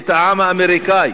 את העם האמריקני,